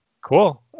Cool